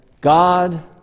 God